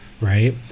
right